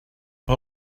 but